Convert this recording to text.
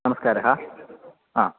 नमस्कारः